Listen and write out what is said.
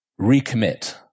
recommit